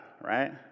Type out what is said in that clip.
right